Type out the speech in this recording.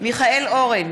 מיכאל אורן,